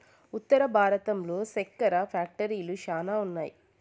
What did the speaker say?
ఉత్తర భారతంలో సెక్కెర ఫ్యాక్టరీలు శ్యానా ఉన్నాయి